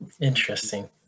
Interesting